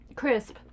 Crisp